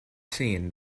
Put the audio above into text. seen